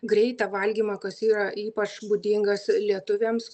greitą valgymą kas yra ypač būdingas lietuviams